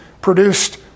produced